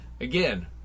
again